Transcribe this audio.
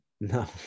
No